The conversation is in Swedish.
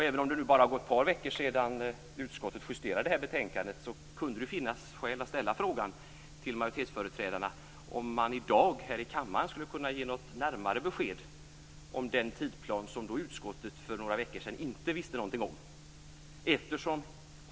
Även om det bara var ett par veckor sedan utskottet justerade det här betänkandet kunde det finnas skäl att ställa frågan till majoritetsföreträdarna om man i dag här i kammaren skulle kunna ge ett närmare besked om den tidsplan som utskottet för några veckor sedan inte visste något om.